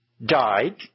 Died